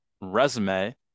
resume